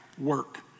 work